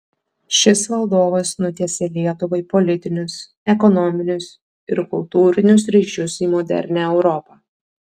šis valdovas nutiesė lietuvai politinius ekonominius ir kultūrinius ryšius į modernią europą